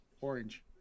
Orange